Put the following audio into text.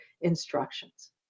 instructions